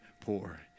poor